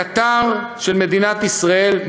הקטר של מדינת ישראל,